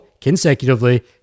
consecutively